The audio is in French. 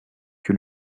que